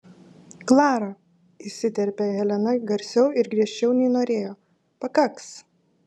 klara įsiterpia helena garsiau ir griežčiau nei norėjo pakaks